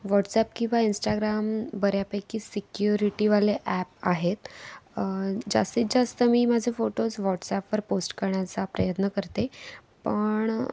WhatsApp किंवा Instagram बऱ्यापैकी सिक्युरिटीवाले ॲप आहेत जास्तीत जास्त मी माझे फोटोज व्हाॅट्सॲपवर पोस्ट करण्याचा प्रयत्न करते पण